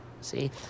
see